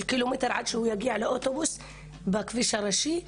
קילומטר עד שהם יגיעו לאוטובוס בכביש הראשי,